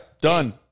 done